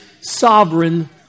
sovereign